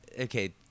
okay